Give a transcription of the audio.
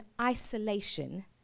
isolation